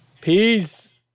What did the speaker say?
peace